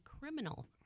criminal